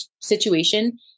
situation